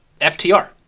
FTR